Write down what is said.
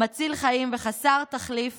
מציל חיים וחסר תחליף